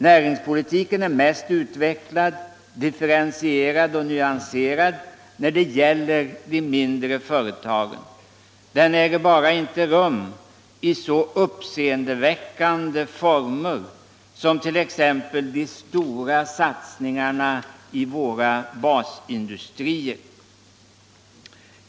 Näringspolitiken är mest utvecklad, differentierad och nyanserad när det gäller de mindre företagen. Den äger bara inte rum i så uppseendeväckande former som t.ex. de stora satsningarna i våra basindustrier.